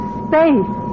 space